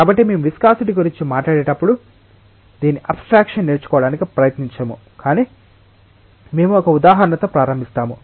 కాబట్టి మేము విస్కాసిటి గురించి మాట్లాడేటప్పుడు దానిని అబ్స్ట్రాక్షన్ నేర్చుకోవడానికి ప్రయత్నించము కాని మేము ఒక ఉదాహరణతో ప్రారంభిస్తాము